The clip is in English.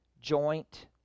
joint